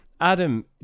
Adam